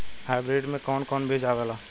Hybrid में कोवन कोवन बीज आवेला?